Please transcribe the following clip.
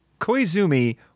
Koizumi